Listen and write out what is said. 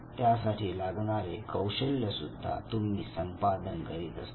त्यासाठी लागणारे कौशल्य सुद्धा तुम्ही संपादन करता